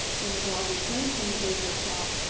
when the dog returned from the baker's shop,